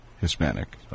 Hispanic